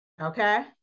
Okay